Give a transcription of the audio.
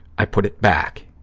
i put it back,